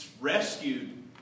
rescued